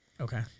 Okay